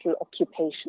occupation